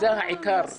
זה העיקר.